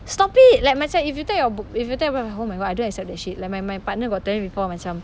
stop it like macam if you tell your if tell your oh my god I don't accept that shit like my my partner got tell me before macam